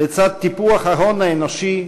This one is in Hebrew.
לצד טיפוח ההון האנושי,